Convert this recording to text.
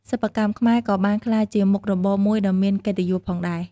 សិប្បកម្មខ្មែរក៏បានក្លាយជាមុខរបរមួយដ៏មានកិត្តិយសផងដែរ។